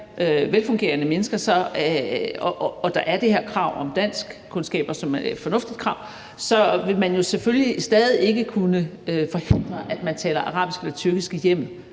velfungerende mennesker og der er det her krav om danskkundskaber, som er et fornuftigt krav, vil man jo selvfølgelig stadig ikke kunne forhindre, at man taler arabisk eller tyrkisk i hjemmet,